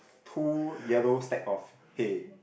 two yellow stack of hay